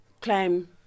climb